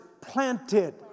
planted